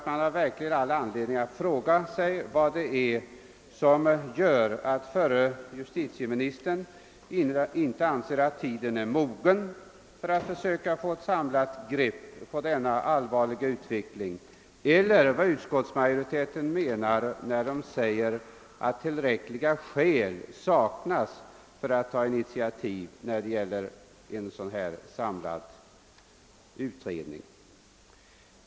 Man har verkligen all anledning att fråga sig vad det är som gör att förre justitieministern ansåg att tiden inte är mogen att försöka få ett samlat grepp på denna allvarliga utveckling och vad utskottsmajoriteten menar när den uttalar att tillräckliga skäl saknas för att ta initiativ när det gäller en samlad utredning.